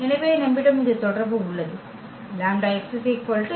எனவே நம்மிடம் இந்த தொடர்பு உள்ளது λ x Ax